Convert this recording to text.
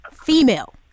female